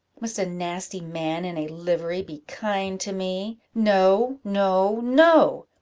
must a nasty man in a livery be kind to me no! no! no!